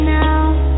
now